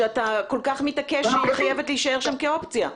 שאתה כל כך מתעקש שהיא חייבת להישאר שם כאופציה,